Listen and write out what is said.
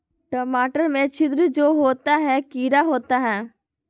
टमाटर में छिद्र जो होता है किडा होता है?